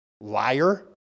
liar